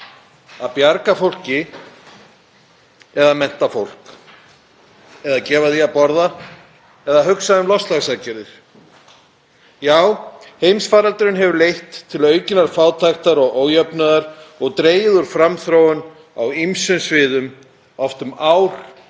að bjarga fólki eða mennta fólk eða gefa því að borða eða hugsa um loftslagsaðgerðir. Já, heimsfaraldurinn hefur leitt til aukinnar fátæktar og ójöfnuðar og dregið úr framþróun á ýmsum sviðum, oft um ár